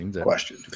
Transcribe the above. question